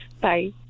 bye